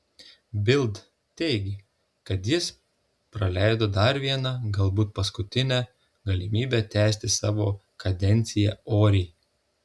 bild teigė kad jis praleido dar vieną galbūt paskutinę galimybę tęsti savo kadenciją oriai